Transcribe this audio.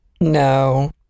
No